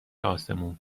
آسمون